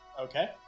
Okay